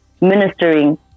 ministering